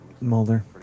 Mulder